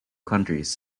countries